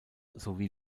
sowie